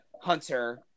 hunter